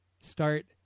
start